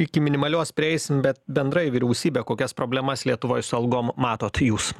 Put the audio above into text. iki minimalios prieisim bet bendrai vyriausybė kokias problemas lietuvoj su algom matot jūs